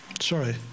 sorry